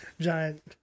giant